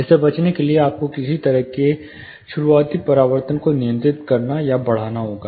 इससे बचने के लिए आपको किसी तरह शुरुआती परावर्तन को नियंत्रित करना या बढ़ाना होगा